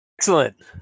Excellent